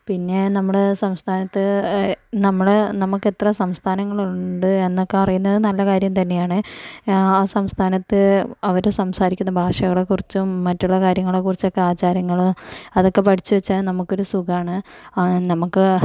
പിന്നെ നമ്മുടെ സംസ്ഥാനത്ത് നമ്മുടെ നമുക്ക് എത്ര സംസ്ഥാനങ്ങള് ഉണ്ട് എന്നൊക്കെ അറിയുന്നത് നല്ല കാര്യം തന്നെയാണ് ആ സംസ്ഥാനത്ത് അവര് സംസാരിക്കുന്ന ഭാഷകളെക്കുറിച്ചും മറ്റുള്ള കാര്യങ്ങളെക്കുറിച്ചൊക്കെ ആചാരങ്ങള് അതൊക്കെ പഠിച്ച് വെച്ചാല് നമുക്കൊരു സുഖമാണ് നമുക്ക്